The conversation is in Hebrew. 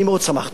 ואני מאוד שמחתי.